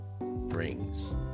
brings